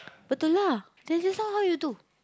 betul lah then just now how you do